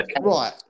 Right